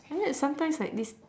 sometimes like this